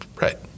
Right